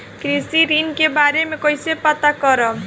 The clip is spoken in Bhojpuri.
कृषि ऋण के बारे मे कइसे पता करब?